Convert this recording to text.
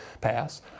pass